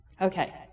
Okay